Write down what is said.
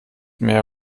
mehr